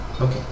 Okay